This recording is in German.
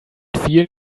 vielen